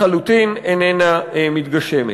לחלוטין איננה מתגשמת.